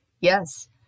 Yes